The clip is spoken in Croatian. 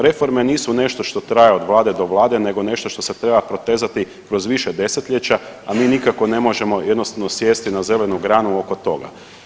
Reforme nisu nešto što traje od vlade do vlade nego nešto što se treba protezati kroz više desetljeća, a mi nikako ne možemo jednostavno sjesti na zelenu granu oko toga.